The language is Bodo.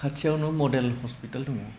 खाथियावनो मडेल हस्पिताल दङ